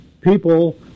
people